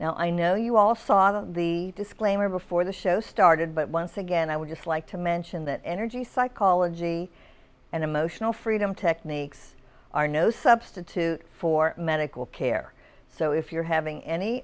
now i know you all saw the disclaimer before the show started but once again i would just like to mention that energy psychology and emotional freedom techniques are no substitute for medical care so if you're having any